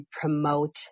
promote